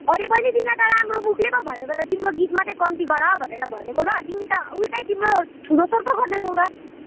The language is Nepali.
अरे बहिनी तिमीलाई त राम्रो मुखले पो भनेको त तिम्रो गीत मात्रै कम्ती गर भनेको ल तिमी त उल्टै तिम्रो ठुलो सोर पो गर्दैछौ त